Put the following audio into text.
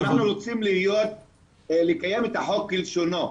אנחנו רוצים לקיים את החוק כלשונו,